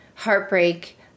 heartbreak